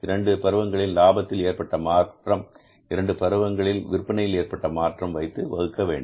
இரண்டு பருவங்களில் லாபத்தில் ஏற்பட்ட மாற்றம் இரண்டு பருவங்களில் விற்பனையில் ஏற்பட்ட மாற்றம் வைத்து வகுக்க வேண்டும்